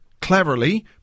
cleverly